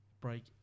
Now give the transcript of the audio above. break